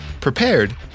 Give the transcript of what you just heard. prepared